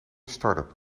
startup